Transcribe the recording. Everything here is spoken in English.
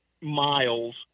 miles